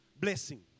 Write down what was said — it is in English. blessing